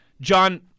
John